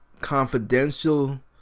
confidential